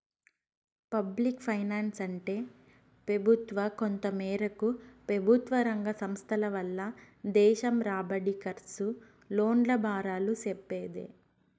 public ఫైనాన్సంటే పెబుత్వ, కొంతమేరకు పెబుత్వరంగ సంస్థల వల్ల దేశం రాబడి, కర్సు, లోన్ల బారాలు సెప్పేదే